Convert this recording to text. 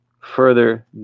further